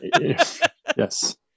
Yes